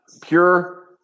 pure